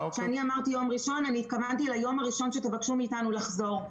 כשאמרתי יום ראשון התכוונתי ליום הראשון שתבקשו מאיתנו לחזור.